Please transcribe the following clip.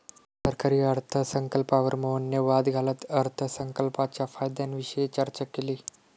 सरकारी अर्थसंकल्पावर मोहनने वाद घालत अर्थसंकल्पाच्या फायद्यांविषयी चर्चा केली